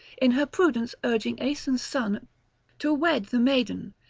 in her prudence urging aeson's son to wed the maiden,